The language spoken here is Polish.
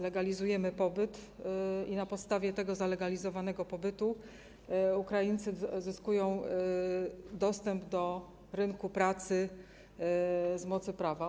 Legalizujemy pobyt i na podstawie tego zalegalizowanego pobytu Ukraińcy uzyskują dostęp do rynku pracy z mocy prawa.